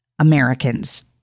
Americans